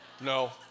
No